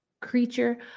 creature